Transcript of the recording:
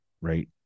right